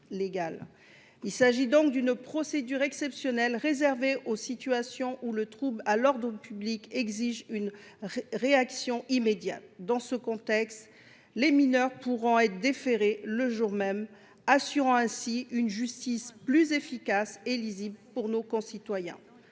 Il s’agirait donc d’une procédure exceptionnelle, réservée aux situations où le trouble à l’ordre public exige une réaction immédiate. Les mineurs pourront alors être déférés le jour même, ce qui garantira une justice plus efficace et plus lisible pour nos concitoyens.